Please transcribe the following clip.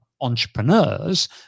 entrepreneurs